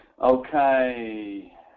Okay